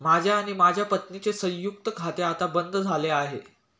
माझे आणि माझ्या पत्नीचे संयुक्त खाते आता बंद झाले आहे